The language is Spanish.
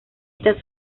esta